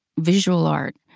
visual art,